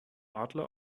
adler